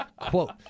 Quote